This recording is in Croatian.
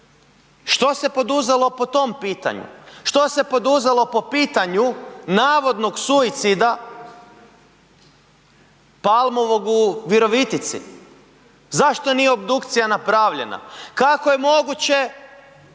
Što se poduzelo po tom pitanju? Što se poduzelo po pitanju navodnog suicida Palmovog u Virovitici? Zašto nije obdukcija napravljena? Kako je moguće